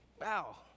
wow